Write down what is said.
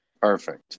Perfect